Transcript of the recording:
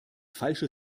falsche